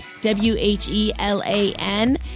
W-H-E-L-A-N